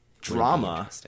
drama